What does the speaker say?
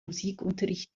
musikunterricht